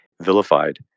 vilified